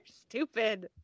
stupid